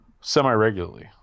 semi-regularly